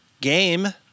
game